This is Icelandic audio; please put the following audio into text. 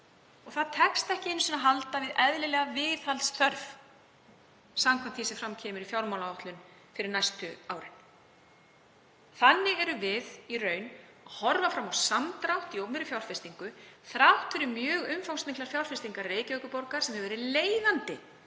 Það tekst ekki einu sinni að halda við eðlilega viðhaldsþörf samkvæmt því sem fram kemur í fjármálaáætlun fyrir næstu árin. Þannig erum við í raun að horfa fram á samdrátt í opinberri fjárfestingu þrátt fyrir mjög umfangsmiklar fjárfestingar Reykjavíkurborgar sem hefur verið leiðandi